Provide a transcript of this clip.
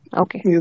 okay